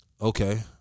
Okay